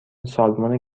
سالمون